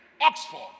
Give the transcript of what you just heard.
Oxford